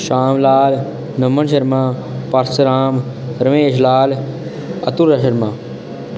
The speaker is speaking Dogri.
शाम लाल नमन शर्मा परस राम रमेश लाल अतुल शर्मा